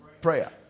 prayer